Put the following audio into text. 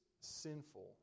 sinful